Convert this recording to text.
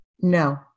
No